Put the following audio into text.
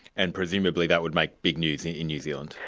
and presumably that would make big news and in new zealand.